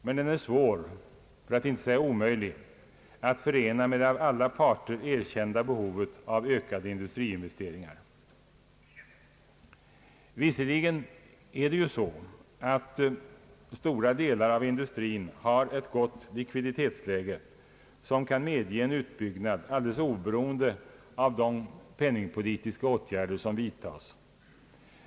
Men den är svår, för att inte säga omöjlig, att förena med det av alla parter erkända behovet av ökade industriinvesteringar. Visserligen har stora delar av industrin ett gott likviditetsläge, som kan medge en utbyggnad alldeles oberoende av de penningpolitiska åtgärder som vidtages.